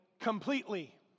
completely